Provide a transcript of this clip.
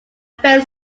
fair